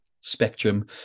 spectrum